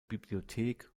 bibliothek